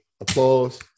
applause